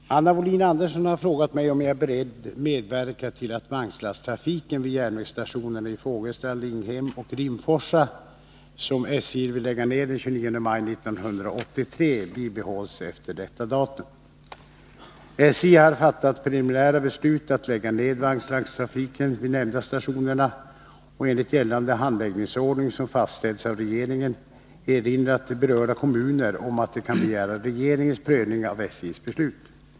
Herr talman! Anna Wohlin-Andersson har frågat mig om jag är beredd medverka till att vagnslasttrafiken vid järnvägsstationerna i Fågelsta, Linghem och Rimforsa, som SJ vill lägga ned den 29 maj 1983, bibehålls efter detta datum. SJ har fattat preliminära beslut att lägga ned vagnslasttrafiken vid de nämnda stationerna och enligt gällande handläggningsordning, som fastställts av regeringen, erinrat berörda kommuner om att de kan begära regeringens prövning av SJ:s beslut.